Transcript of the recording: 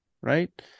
Right